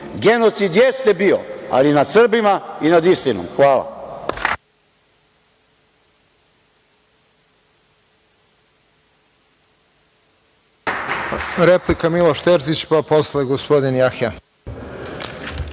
Genocid jeste bio, ali nad Srbima i nad istinom. Hvala.